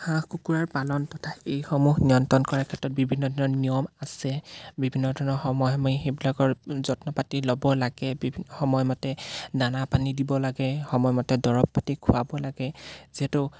হাঁহ কুকুৰাৰ পালন তথা এইসমূহ নিয়ন্ত্ৰণ কৰাৰ ক্ষেত্ৰত বিভিন্ন ধৰণৰ নিয়ম আছে বিভিন্ন ধৰণৰ সময় সময় সেইবিলাকৰ যত্ন পাতি ল'ব লাগে সময়মতে দানা পানী দিব লাগে সময়মতে দৰব পাতি খোৱাব লাগে যিহেতু